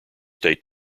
state